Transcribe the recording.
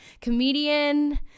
comedian